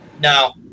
No